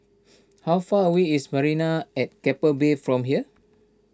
how far away is Marina at Keppel Bay from here